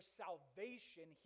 salvation